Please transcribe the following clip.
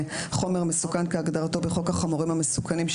חומר מסוכן כהגדרתו בחוק החומרים המסוכנים,